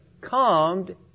calmed